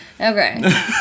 Okay